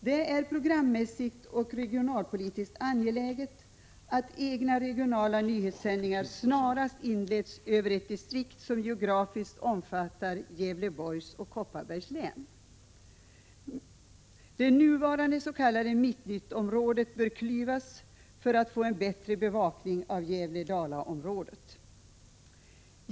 Det är programmässigt och regionalpolitiskt angeläget att egna regionala nyhetssändningar snarast inleds över ett distrikt som geografiskt omfattar Gävleborgs och Kopparbergs län. Det nuvarande s.k. Mittnyttområdet bör klyvas möjliggörande av en bättre bevakning av Gävle-Dala-området.